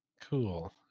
cool